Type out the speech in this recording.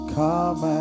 come